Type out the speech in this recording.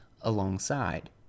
alongside